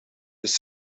dus